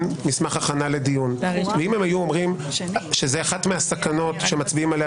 מסמך הכנה לדיון ואם הם היו אומרים שזאת אחת הסכנות שמצביעים עליה